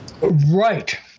Right